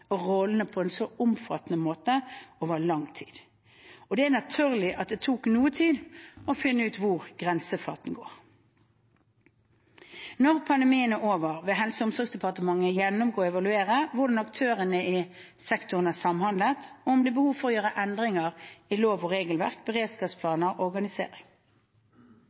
og rollene på en så omfattende måte over lang tid. Det er naturlig at det tok noe tid å finne ut hvor grenseflaten går. Når pandemien er over, vil Helse- og omsorgsdepartementet gjennomgå og evaluere hvordan aktørene i sektoren har samhandlet og om det er behov for å gjøre endringer i lover og regelverk, beredskapsplaner og organisering.